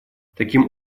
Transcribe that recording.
таким